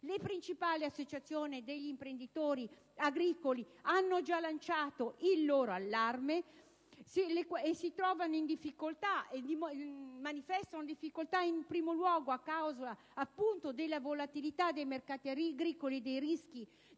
Le principali associazioni degli imprenditori agricoli hanno già lanciato l'allarme e manifestano difficoltà, in primo luogo, a causa della volatilità dei mercati agricoli e dei rischi